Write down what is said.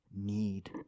need